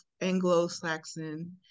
Anglo-Saxon